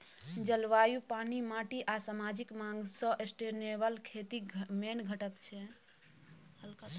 जलबायु, पानि, माटि आ समाजिक माँग सस्टेनेबल खेतीक मेन घटक छै